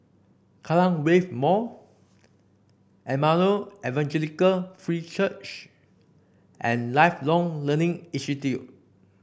Kallang Wave Mall Emmanuel Evangelical Free Church and Lifelong Learning Institute